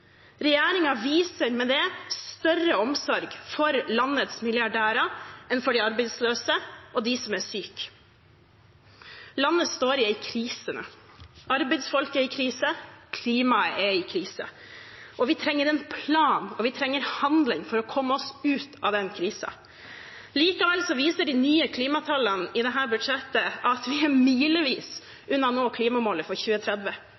viser med det større omsorg for landets milliardærer enn for de arbeidsløse og de som er syke. Landet står i en krise nå. Arbeidsfolk er i krise, klimaet er i krise. Vi trenger en plan, og vi trenger handling for å komme oss ut av den krisen. Likevel viser de nye klimatallene i dette budsjettet at vi er milevis unna å nå klimamålet for 2030;